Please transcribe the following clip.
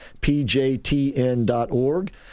PJTN.org